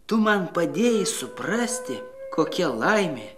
tu man padėjai suprasti kokia laimė